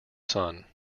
sun